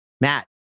Matt